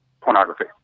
pornography